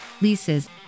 leases